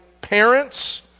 parents